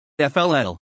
FLL